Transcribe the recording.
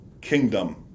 kingdom